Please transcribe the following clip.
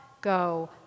go